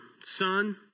son